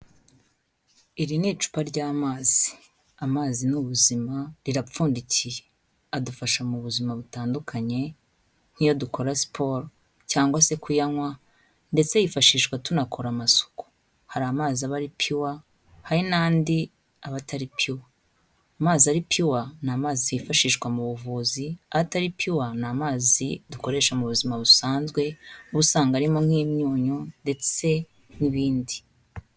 Iri ni icupa ry'amazi. Amazi ni ubuzima, rirapfundikiye. Adufasha mu buzima butandukanye nk'iyo dukora siporo cyangwa se kuyanywa ndetse yifashishwa tunakora amasuku. Hari amazi aba ari pure, hari n'andi aba atari pure. Amazi ari pure ni amazi yifashishwa mu buvuzi, atari pure ni amazi dukoresha mu buzima busanzwe, uba usanga arimo nk'imyunyu ndetse n'ibindi.